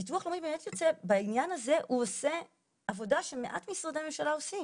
ביטוח לאומי באמת בעניין הזה הוא עושה עבודה שמעט משרדי ממשלה עושים.